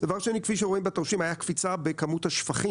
דבר שני כפי שרואים בתרשים היה קפיצה בכמות השפכים,